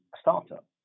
startup